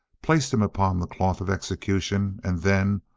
placed him upon the cloth of execution, and then,